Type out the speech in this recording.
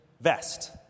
vest